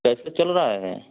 कैसे चल रहा है